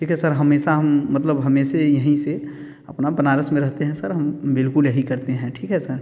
ठीक है सर हमेशा हम मतलब हमेशा यहीं से अपना बनारस में रहते हैं सर हम बिल्कुल यही करते हैं ठीक है सर